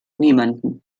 niemandem